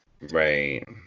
Right